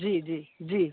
जी जी जी